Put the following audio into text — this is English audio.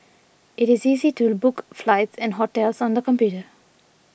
it is easy to book flights and hotels on the computer